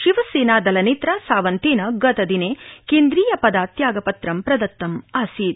शिवसेनादलनेत्रा सावन्तेन गतदिने केंद्रीयपदात् त्यागपत्रं प्रदत्तमासीत